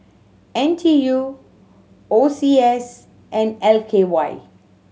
N T U O C S and L K Y